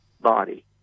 body